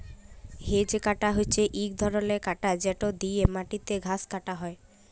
hedge cutter হছে ইক ধরলের কাটার যেট দিঁয়ে মাটিতে ঘাঁস কাটা হ্যয়